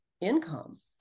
income